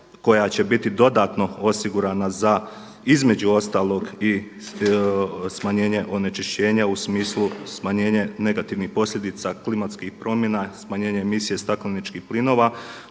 koja će biti dodatno osigurana za između ostalog i smanjenje onečišćenja u smislu smanjenje negativnih posljedica klimatskih promjena, smanjena emisije stakleničkih plinova.